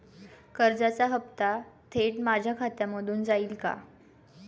कर्जाचा हप्ता थेट माझ्या खात्यामधून जाईल का?